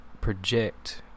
project